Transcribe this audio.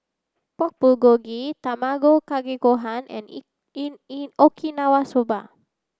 Pork Bulgogi Tamago Kake Gohan and Okinawa Soba